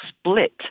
split